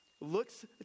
looks